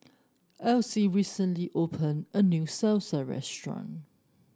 Elsie recently open a new Salsa restaurant